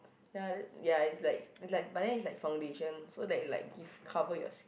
ya ya it's like it's like but then it's like foundation so that it like give cover your